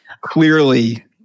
Clearly